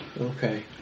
Okay